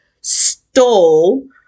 stole